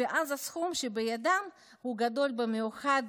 ואז הסכום שבידם הוא גדול במיוחד,